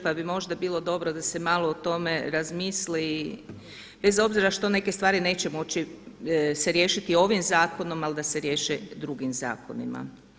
Pa bi možda bilo dobro da se malo o tome razmisli bez obzira što neke stvari neće se moći riješiti ovim zakonom, ali da se riješe drugim zakonima.